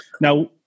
Now